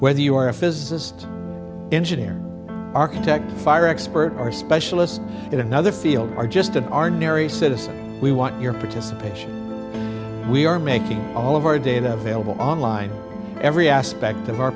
whether you are a physicist engineer architect fire expert or specialist in another field or just in our nary says we want your participation we are making all of our data available online every aspect of our